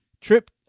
Trip